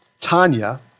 Tanya